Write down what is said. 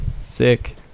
Sick